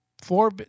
four